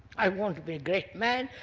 i want to be a great man,